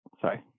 sorry